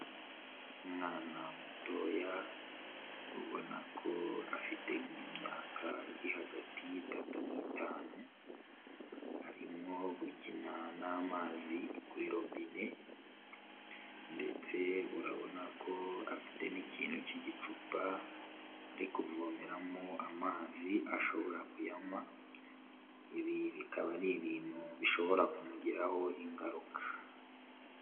Umwana mutoya ubona ko afite nk'imyaka iri hagati y'itatu n'itanu, arimo gukina n'amazi kuri robine ndetse urabona ko afite n'ikintu cy'igicupa ari kuvomeramo amazi ashobora kuyanywa, ibi bikaba ari ibintu bishobora kumugiraho ingaruka.